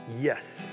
Yes